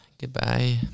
Goodbye